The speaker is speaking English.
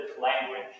language